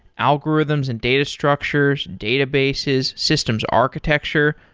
algorithms and data structures, databases, systems architecture,